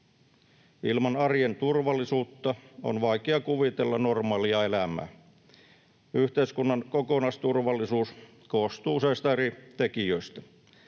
Ilman arjen turvallisuutta on vaikea kuvitella normaalia elämää. Yhteiskunnan kokonaisturvallisuus koostuu useista eri tekijöistä.